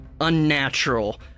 unnatural